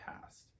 past